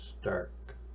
Stark